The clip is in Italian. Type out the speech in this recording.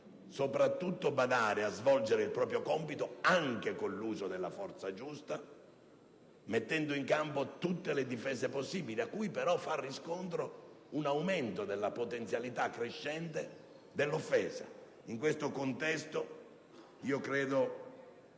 soprattutto badare a svolgere il proprio compito anche con l'uso della forza giusta, mettendo in campo tutte le difese possibili; a ciò però fra riscontro un aumento della potenzialità dell'offesa. In questo contesto credo